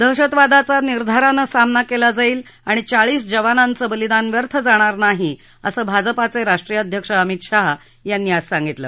दहशतवादाचा निर्धारानं सामना केला जाईल आणि चाळीस जवानांचं बलिदान व्यर्थ जाणार नाही असं भाजपाचे राष्ट्रीय अध्यक्ष अमित शाह यांनी आज सांगितलं